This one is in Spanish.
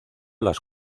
las